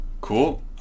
cool